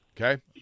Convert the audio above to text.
Okay